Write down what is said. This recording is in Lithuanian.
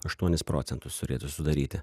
aštuonis procentus turėtų sudaryti